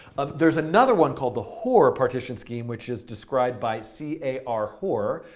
ah there's another one called the hoare partition scheme which is described by c a r. hoare,